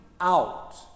out